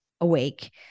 awake